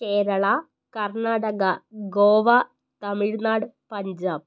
Kerala Karnataka Goa Tamil Nadu Punjab